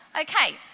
Okay